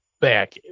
back